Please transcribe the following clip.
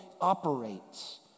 operates